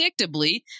predictably